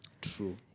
True